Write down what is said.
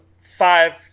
Five